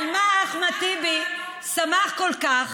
על מה אחמד טיבי שמח כל כך?